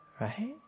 Right